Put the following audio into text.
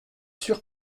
sûr